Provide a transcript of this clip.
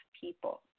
people